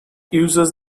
uses